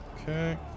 Okay